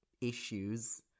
issues